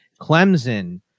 Clemson